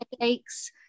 headaches